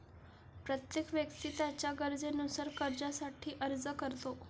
प्रत्येक व्यक्ती त्याच्या गरजेनुसार कर्जासाठी अर्ज करतो